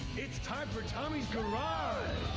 it's time for tommy's garage!